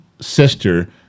Sister